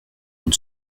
une